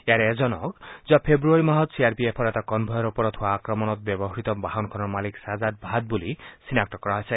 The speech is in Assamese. ইয়াৰে এজনক যোৱা ফেব্ৰুৱাৰী মাহত চি আৰ পি এফৰ এটা কনভয়ৰ ওপৰত হোৱা আক্ৰমণত ব্যৱহাত বাহনখনৰ মালিক সাজাদ ভাট্ বুলি চিনাক্ত কৰা হৈছে